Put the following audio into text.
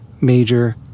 major